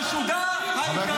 כשהחשודה העיקרית ------ הרג חטופים.